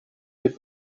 des